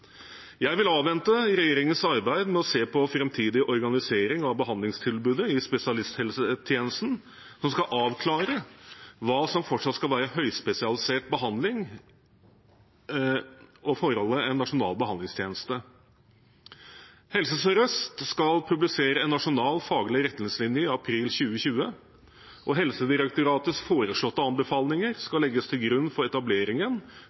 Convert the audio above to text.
Jeg vil avvente regjeringens arbeid med å se på framtidig organisering av behandlingstilbudet i spesialisthelsetjenesten, som skal avklare hva som fortsatt skal være høyspesialisert behandling forbeholdt en nasjonal behandlingstjeneste. Helse Sør-Øst skal publisere en nasjonal faglig retningslinje i april 2020. Helsedirektoratets foreslåtte anbefalinger skal legges til grunn for etableringen